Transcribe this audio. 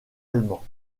allemand